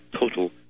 total